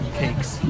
cakes